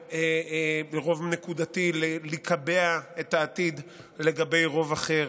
ברוב נקודתי לקבע את העתיד לגבי רוב אחר.